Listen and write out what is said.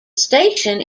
station